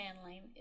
handling